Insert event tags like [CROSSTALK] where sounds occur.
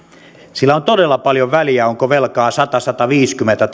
sillä on todella paljon väliä onko velkaa sata sataviisikymmentä [UNINTELLIGIBLE]